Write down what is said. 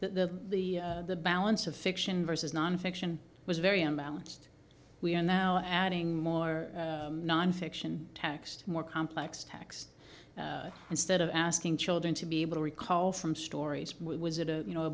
the the the balance of fiction versus nonfiction was very unbalanced we are now adding more nonfiction taxed more complex text instead of asking children to be able to recall from stories was it a you know a